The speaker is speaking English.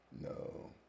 no